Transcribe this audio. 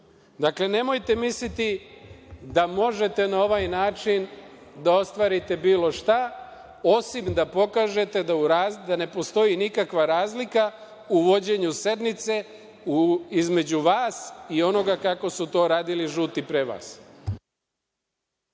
nemojte misliti da možete na ovaj način da ostvarite bilo šta, osim da pokažete da ne postoji nikakva razlika u vođenju sednice između vas i onoga kako su to radili žuti pre vas.